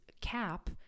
cap